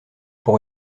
pour